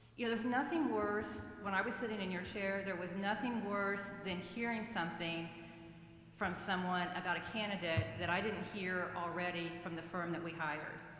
there's nothing worse, when i was sitting in your chair, there was nothing worse than hearing something from someone about a candidate that i didn't hear already from the firm that we hired,